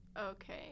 Okay